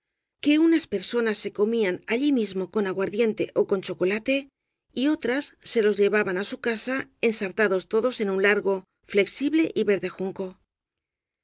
que unas personas se comían allí mismo con aguardiente ó con cho colate y otras se los llevaban á su casa ensartados todos en un largo flexible y verde junco